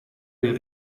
del